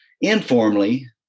informally